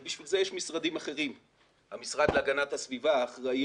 לשם כך יש משרדים אחרים כמו המשרד להגנת הסביבה שאחראי